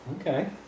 Okay